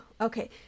Okay